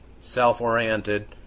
self-oriented